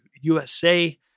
USA